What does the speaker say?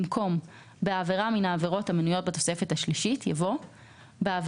במקום "בעבירה מן העבירות המנויות בתוספת השלישית" יבוא "בעבירה